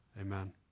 amen